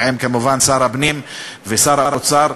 וכמובן עם שר הפנים ושר האוצר,